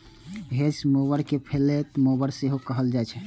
hedge mower कें फलैले mower सेहो कहल जाइ छै